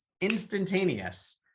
instantaneous